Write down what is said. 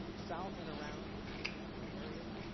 south and around damascus in those areas.